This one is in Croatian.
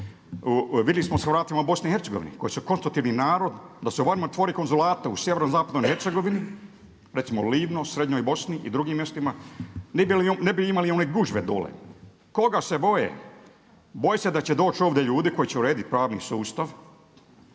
Vidjeli smo sa Hrvatima u Bosni i Hercegovini koji su konstitutivni narod da se …/Govornik se ne razumije./… otvori konzulate u sjevernozapadnoj Hercegovini recimo Livno, srednjoj Bosni i drugim mjestima ne bi imali one gužve dolje. Koga se boje? Boje se da će doći ovdje ljudi koji će urediti pravni sustav,